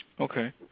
Okay